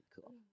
cool